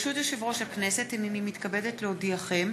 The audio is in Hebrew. ברשות יושב-ראש הכנסת, הנני מתכבדת להודיעכם,